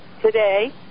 today